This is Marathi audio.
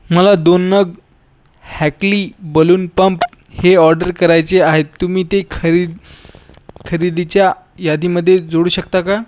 मला दोन नग हॅकली बलून पंप हे ऑर्डर करायचे आहेत तुम्ही ते खरे खरेदीच्या यादीमधे जोडू शकता का